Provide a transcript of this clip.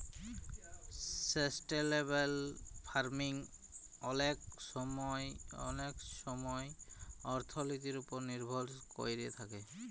sustainable farming অলেক ছময় অথ্থলিতির উপর লির্ভর ক্যইরে থ্যাকে